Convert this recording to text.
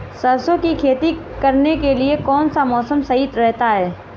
सरसों की खेती करने के लिए कौनसा मौसम सही रहता है?